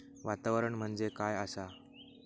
वातावरण म्हणजे काय आसा?